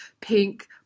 pink